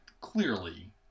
clearly